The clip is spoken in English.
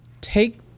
take